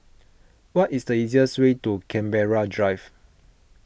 what is the easiest way to Canberra Drive